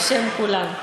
בשם כולם.